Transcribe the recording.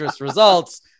results